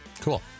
Cool